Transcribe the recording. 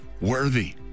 worthy